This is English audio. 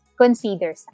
consider